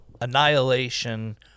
Annihilation